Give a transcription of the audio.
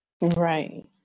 Right